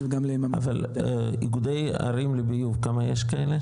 וגם -- אבל איגודי ערים לביוב כמה יש כאלה?